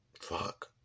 Fuck